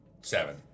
Seven